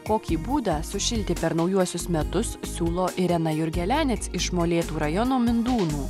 kokį būdą sušilti per naujuosius metus siūlo irena jurgelianec iš molėtų rajono mindūnų